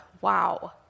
Wow